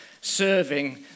serving